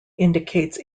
indicates